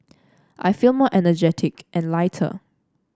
I feel more energetic and lighter